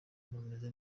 bameze